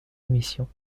émission